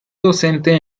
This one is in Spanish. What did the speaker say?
docente